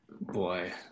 Boy